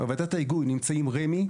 בוועדת ההיגוי נמצאים רמ"י,